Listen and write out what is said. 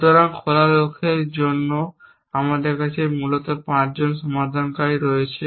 সুতরাং খোলা লক্ষ্যের জন্য আমাদের কাছে মূলত 5 জন সমাধানকারী রয়েছে